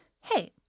Hey